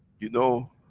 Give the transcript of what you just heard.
you know,